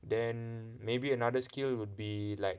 then maybe another skill would be like